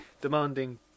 demanding